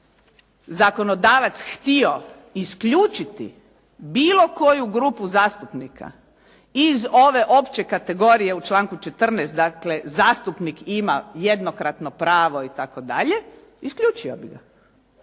zakonodavac htio isključiti bilo koju grupu zastupnika iz ove opće kategorije u članku 14., dakle zastupnik ima jednokratno pravo, isključio bi ga.